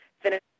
finish